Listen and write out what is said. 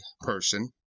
person